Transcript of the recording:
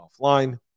offline